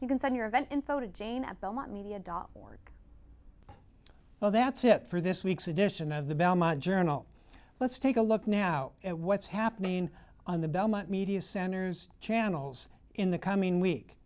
you can send your event info to jane at belmont media dot org well that's it for this week's edition of the belmont journal let's take a look now at what's happening on the belmont media centers channels in the coming week